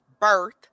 birth